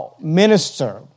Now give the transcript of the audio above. minister